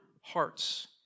hearts